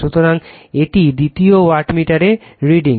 সুতরাং এটি দ্বিতীয় ওয়াটমিটারের রিডিং